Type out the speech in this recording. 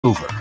over